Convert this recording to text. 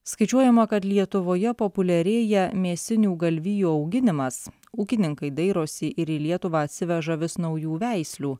skaičiuojama kad lietuvoje populiarėja mėsinių galvijų auginimas ūkininkai dairosi ir į lietuvą atsiveža vis naujų veislių